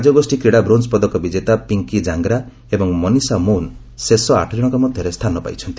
ରାଜ୍ୟଗୋଷ୍ଠୀ କ୍ରୀଡ଼ା ବ୍ରୋଞ୍ଜ୍ ପଦକ ବିଜେତା ପିଙ୍କି ଜାଙ୍କରା ଏବଂ ମନୀଷା ମୌନ ଶେଷ ଆଠ ଜଣଙ୍କ ମଧ୍ୟରେ ସ୍ଥାନ ପାଇଛନ୍ତି